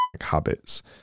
habits